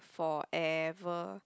forever